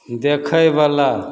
देखैवला